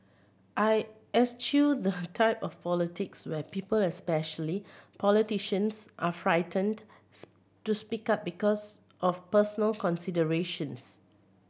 I eschew the type of politics where people especially politicians are frightened to speak up because of personal considerations